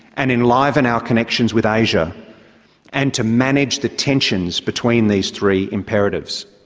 and enliven our connections with asia and to manage the tensions between these three imperatives.